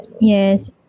Yes